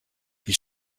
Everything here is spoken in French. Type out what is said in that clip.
ils